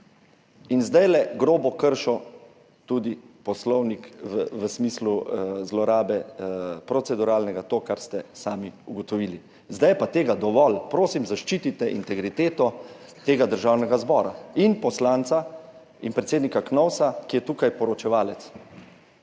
in zdaj grobo kršil tudi Poslovnik v smislu zlorabe proceduralnega, to, kar ste sami ugotovili. Zdaj je pa tega dovolj. Prosim zaščitite integriteto tega Državnega zbora in poslanca in predsednika KNOVS, ki je tukaj poročevalec.